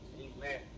amen